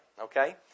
okay